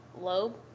lobe